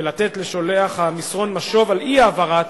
ולתת לשולח המסרון משוב על אי-העברת